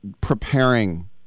preparing